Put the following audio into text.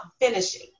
finishing